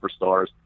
superstars